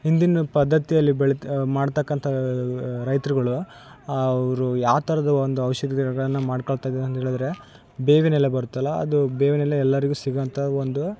ಹಿಂದಿನ ಪದ್ದತಿಯಲ್ಲಿ ಬೆಳಿತ ಮಾಡ್ತಕ್ಕಂಥ ರೈತ್ರುಗಳು ಅವರು ಯಾವ್ತರದ ಒಂದು ಔಷಧಿಗಳನ್ನ ಮಾಡ್ಕೊಳ್ತಾಯಿದ್ರು ಅಂತೇಳಿದ್ರೆ ಬೇವಿನಎಲೆ ಬರುತ್ತಲ ಅದು ಬೇವಿನಎಲೆ ಎಲ್ಲರಿಗೂ ಸಿಗುವಂಥ ಒಂದು